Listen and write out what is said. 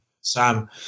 Sam